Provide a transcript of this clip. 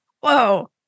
Whoa